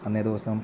അന്നേ ദിവസം